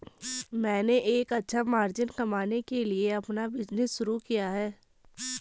मैंने एक अच्छा मार्जिन कमाने के लिए अपना बिज़नेस शुरू किया है